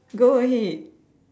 go ahead